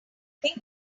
think